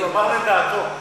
הוא אמר, לדעתו.